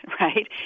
right